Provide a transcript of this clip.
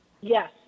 yes